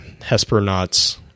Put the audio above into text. Hesperonauts